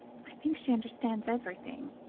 i think she understands everything.